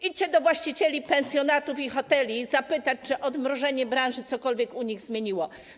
Idźcie do właścicieli pensjonatów i hoteli zapytać, czy odmrożenie branży cokolwiek u nich zmieniło.